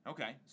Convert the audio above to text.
Okay